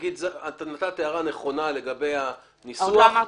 את נתת הערה נכונה לגבי הניסוח.